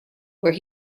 where